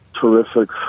terrific